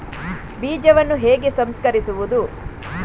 ಬೀಜವನ್ನು ಹೇಗೆ ಸಂಸ್ಕರಿಸುವುದು?